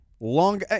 long